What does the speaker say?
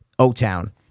O-Town